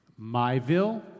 Myville